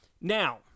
Now